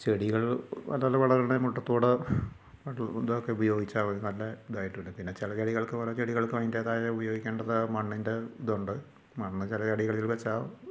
ചെടികൾ നല്ല വളമിടണെ മുട്ടത്തോട് ഇതൊക്കെ ഉപയോഗിച്ചാൽ മതി നല്ല ഇതായിട്ട് വരും പിന്നെ ചില ചെടികൾക്ക് ഓരോ ചെടികൾക്ക് അതിൻ്റേതായ ഉപയോഗിക്കേണ്ടതാണ് മണ്ണിൻ്റെ ഇതുണ്ട് മണ്ണ് ചില ചെടികളിൽ വെച്ചാൽ